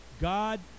God